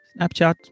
Snapchat